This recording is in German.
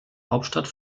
hauptstadt